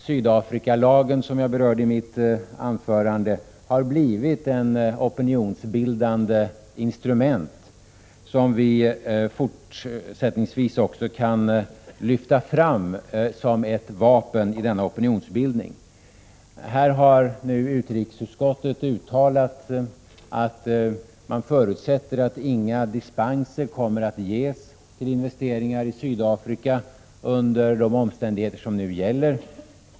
Sydafrikalagen, som jag berörde i mitt anförande, har blivit ett opinionsbildande instrument som vi fortsättningsvis också kan lyfta fram som ett vapen i denna opinionsbildning. Här har nu utrikesutskottet uttalat att man förutsätter att inga dispenser kommer att ges till investeringar i Sydafrika under de omständigheter som nu gäller.